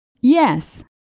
Yes